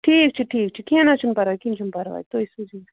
ٹھیٖک چھُ ٹھیٖک چھُ کیٚنٛہہ نہَ حظ چھُنہٕ پَرواے کیٚنٛہہ چھُنہٕ پَرواے تُہۍ سوٗزِو